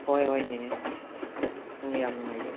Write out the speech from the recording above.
ꯍꯣꯏ ꯍꯣꯏ ꯅꯦꯅꯦ ꯎꯝ ꯌꯥꯝ ꯅꯨꯡꯉꯥꯏꯖꯔꯦ